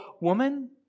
woman